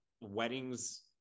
weddings